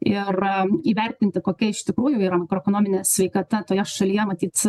ir įvertinti kokia iš tikrųjų yra makroekonominė sveikata toje šalyje matyt